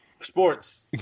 Sports